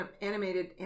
Animated